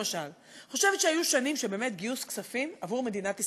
למשל חושבת שהיו שנים שבאמת גיוס כספים עבור מדינת ישראל,